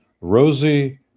Rosie